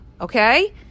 Okay